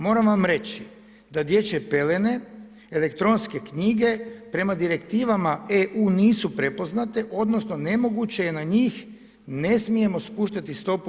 Moram vam reći da dječje pelene, elektronske knjige prema direktivama EU nisu prepoznate, odnosno nemoguće je na njih ne smijemo spuštati stopu